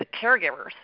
caregivers